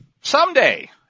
someday